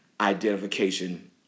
identification